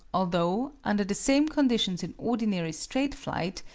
although, under the same conditions in ordinary straight flight,